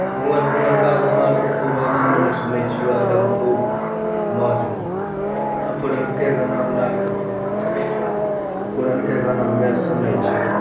आबो आर पुरनका गाना आरके खूब आनन्दमे सुनै छियो आ एगदम खूब मौजमे आ पुरनके गाना आर हमरा आरके बढ़िऑं लगै छौ आ पुरनके गाना हमे आर सुनै छियै